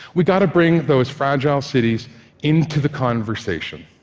we've got to bring those fragile cities into the conversation.